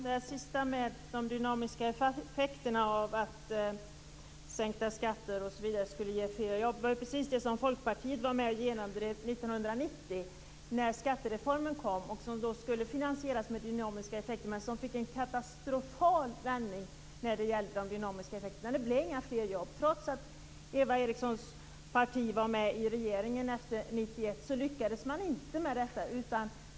Fru talman! De dynamiska effekterna med att sänkta skatter skall ge fler jobb drev Folkpartiet igenom år 1990 i samband med skattereformen. De sänkta skatterna skulle finansieras med hjälp av dynamiska effekter. Det blev en katastrofal vändning. Det blev inga fler jobb. Trots att Eva Erikssons parti ingick i regeringen efter 1991 lyckades man inte.